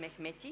Mehmeti